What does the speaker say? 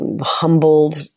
humbled